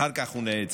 אחר כך הוא נעצר,